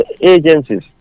agencies